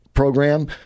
Program